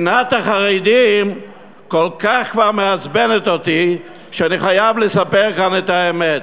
שנאת החרדים כל כך מעצבנת אותי שאני חייב לספר כאן את האמת.